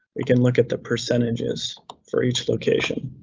we can look at the percentages for each location.